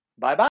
Bye-bye